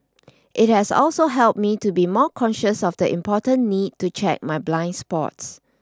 it has also helped me to be more conscious of the important need to check my blind spots